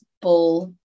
ball